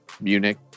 Munich